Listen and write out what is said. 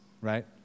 right